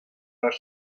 les